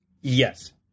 Yes